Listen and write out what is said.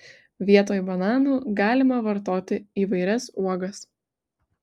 vietoj bananų galima vartoti įvairias uogas